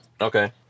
Okay